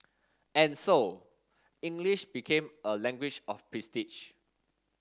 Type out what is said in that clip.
and so English became a language of prestige